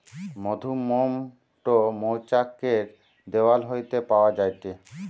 মধুমোম টো মৌচাক এর দেওয়াল হইতে পাওয়া যায়টে